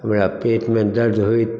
हमरा पेटमे दर्द होइत